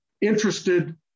interested